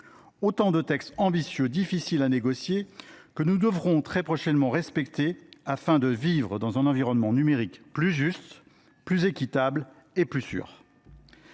Autant de textes ambitieux, difficiles à négocier, que nous devrons très prochainement respecter afin de vivre dans un environnement numérique plus juste, plus équitable et plus sûr.